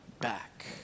back